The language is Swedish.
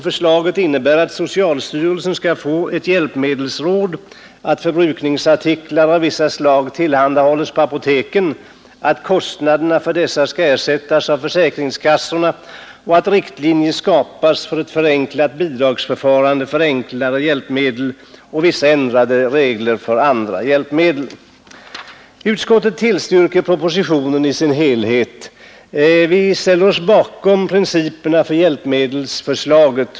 Förslaget innebär att socialstyrelsen skall få ett hjälpmedelsråd, att förbrukningsartiklar av vissa slag skall tillhandahållas på apoteken, att kostnaderna för dessa skall ersättas av försäkringskassorna och att riktlinjer skapas för ett förenklat bidragsförfarande när det gäller enklare hjälpmedel och vissa ändrade bidragsregler för vissa andra hjälpmedel. Utskottet tillstyrker propositionen i dess helhet. Vi inom utskottet ställer oss bakom principerna för hjälpmedelsförslaget.